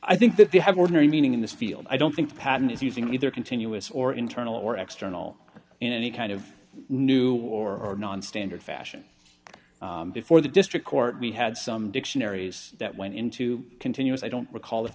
i think that they have ordinary meaning in this field i don't think the pattern is using either continuous or internal or external in any kind of new or nonstandard fashion before the district court we had some dictionaries that went into continuous i don't recall if